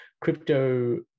crypto